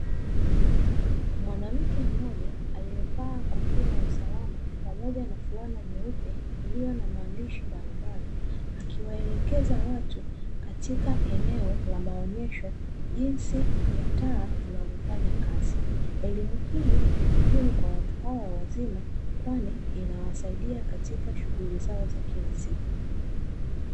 Mwanamke mmoja aliyevaa kofia ya usalama